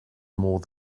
more